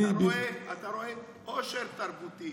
אתה רואה עושר תרבותי.